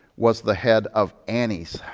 was the head of annie's,